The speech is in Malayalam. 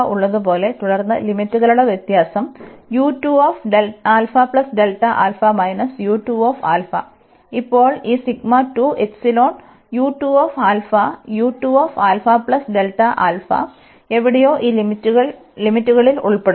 ഉള്ളതുപോലെ തുടർന്ന് ലിമിറ്റ്കളുടെ വ്യത്യാസം അതിനാൽ ഇപ്പോൾ ഈ എവിടെയോ ഈ ലിമിറ്റുകളിൽ ഉൾപ്പെടുന്നു